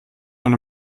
eine